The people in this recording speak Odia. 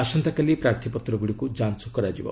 ଆସନ୍ତାକାଲି ପ୍ରାର୍ଥୀପତ୍ରଗୁଡ଼ିକୁ ଯାଞ୍ଚ କରାଯିବ